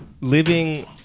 living